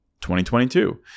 2022